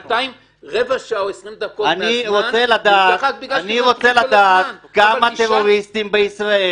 אני רוצה לדעת כמה טרוריסטים בישראל